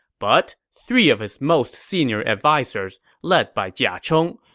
but three of his most senior advisers, led by jia chong,